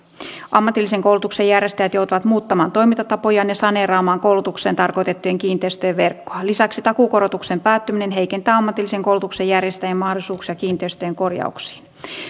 ammatillisen koulutuksen järjestäjät joutuvat muuttamaan toimintatapojaan ja saneeraamaan koulutukseen tarkoitettujen kiinteistöjen verkkoa lisäksi takuukorotuksen päättyminen heikentää ammatillisen koulutuksen järjestäjien mahdollisuuksia kiinteistöjen korjauksiin